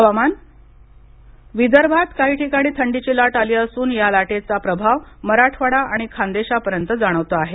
हवामान विदर्भात काही ठिकाणी थंडीची लाट आली असून या लाटेचा प्रभाव मराठवाडा आणि खान्देशापर्यंत जाणवतो आहे